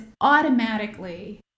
automatically